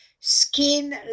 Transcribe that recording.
Skin